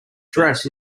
dress